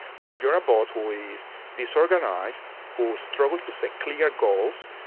but if you're a boss who is disorganised, who struggles to set clear goals,